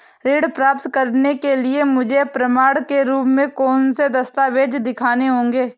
ऋण प्राप्त करने के लिए मुझे प्रमाण के रूप में कौन से दस्तावेज़ दिखाने होंगे?